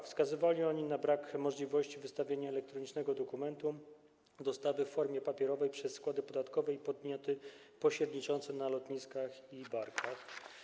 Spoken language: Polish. Wskazywały one na brak możliwości wystawienia elektronicznego dokumentu dostawy w formie papierowej przez składy podatkowe i podmioty pośredniczące na lotniskach i barkach.